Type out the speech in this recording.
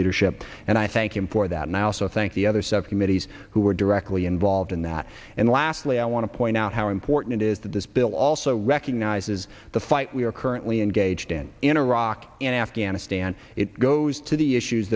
leadership and i thank him for that and i also thank the other subcommittees who are directly involved in that and lastly i want to point out how important it is that this bill also recognizes the fight we are currently engaged in in iraq in afghanistan it goes to the issues